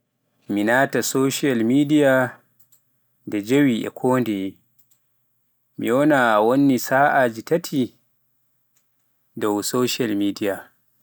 mi naata social media nde jeewi kondeye, mi wona wonni sa'aji taati a dow social media.